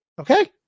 Okay